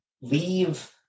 leave